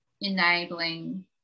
enabling